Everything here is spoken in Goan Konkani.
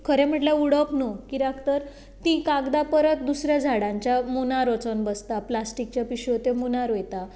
खरें म्हणल्यार उडोवप न्हय कित्याक तर तीं कागदां परत दुसऱ्या झाडांच्या मुनार वचून बसता प्लास्टीकच्यो पिशव्यो त्यो मुनार वयता